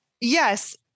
Yes